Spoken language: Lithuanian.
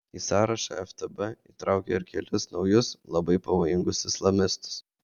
į sąrašą ftb įtraukė ir kelis naujus labai pavojingus islamistus